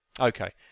Okay